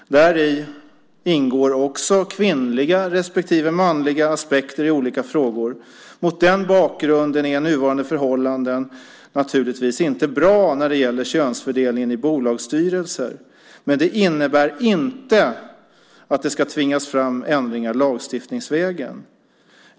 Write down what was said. Däri ingår också kvinnliga respektive manliga aspekter i olika frågor. Mot den bakgrunden är nuvarande förhållanden när det gäller könsfördelningen i bolagsstyrelser naturligtvis inte bra, men det innebär inte att det ska tvingas fram ändringar lagstiftningsvägen.